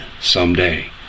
someday